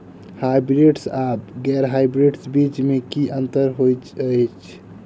Hybrids आ गैर hybrids बीज म की अंतर होइ अछि?